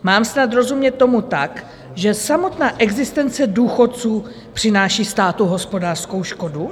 Mám tomu snad rozumět tak, že samotná existence důchodců přináší státu hospodářskou škodu?